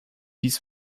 dies